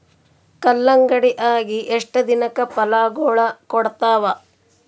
ಕಲ್ಲಂಗಡಿ ಅಗಿ ಎಷ್ಟ ದಿನಕ ಫಲಾಗೋಳ ಕೊಡತಾವ?